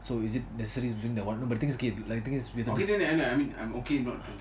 okay never mind never mind I am okay not drinking